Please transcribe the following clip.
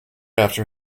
after